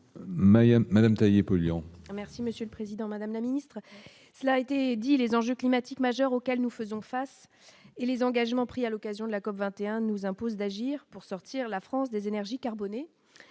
Madame polluant. Merci Monsieur le Président, Madame la ministre, cela a été dit, les enjeux climatiques majeurs auxquels nous faisons face et les engagements pris à l'occasion de la COP 21 nous impose d'agir pour sortir la France des énergies carbonées